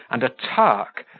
and a turk,